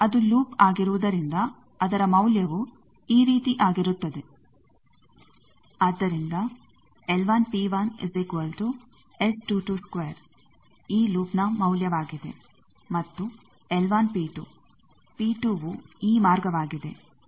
ಅದು ಲೂಪ್ ಆಗಿರುವುದರಿಂದ ಅದರ ಮೌಲ್ಯವು ಈ ರೀತಿ ಆಗಿರುತ್ತದೆ ಆದ್ದರಿಂದ ಈ ಲೂಪ್ ನ ಮೌಲ್ಯವಾಗಿದೆ ಮತ್ತು P2 ವು ಈ ಮಾರ್ಗವಾಗಿದೆ